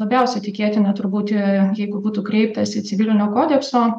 labiausiai tikėtina turbūt jeigu būtų kreiptasi į civilinio kodekso